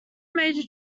major